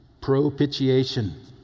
Propitiation